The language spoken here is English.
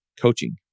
coaching